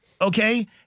okay